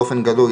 באופן גלוי,